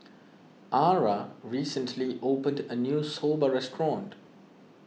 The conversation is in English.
Arah recently opened a new Soba restaurant